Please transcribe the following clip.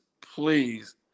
please